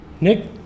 Nick